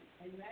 Amen